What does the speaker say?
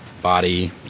body